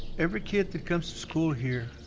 every kid that comes to school here,